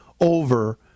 over